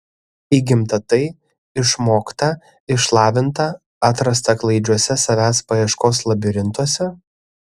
įgimta tai išmokta išlavinta atrasta klaidžiuose savęs paieškos labirintuose